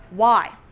why?